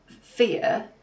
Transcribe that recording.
fear